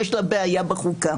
יש לה בעיה בחוקה.